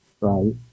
Right